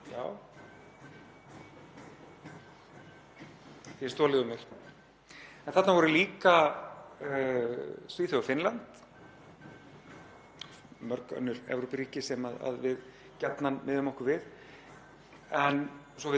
mörg önnur Evrópuríki sem við gjarnan miðum okkur við. Svo ef við tökum Norðurlandavinkilinn þá voru á þessum fyrsta aðildarríkjafundi þrjú af sjálfstæðum ríkjum Norðurlandanna.